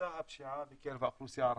נכנסה הפשיעה בקרב האוכלוסייה הערבית.